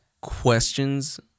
questions